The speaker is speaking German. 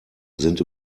sind